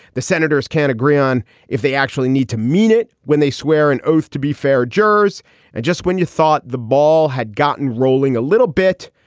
the senators can't agree on if they actually need to mean it when they swear an oath, to be fair, jurors and just when you thought the ball had gotten rolling a little bit,